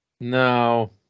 no